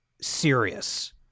serious